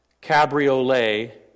Cabriolet